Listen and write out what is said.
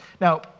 Now